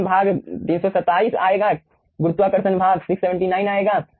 त्वरण भाग 327 आएगा गुरुत्वाकर्षण भाग 679 आएगा